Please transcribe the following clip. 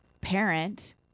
parent